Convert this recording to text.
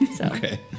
Okay